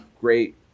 great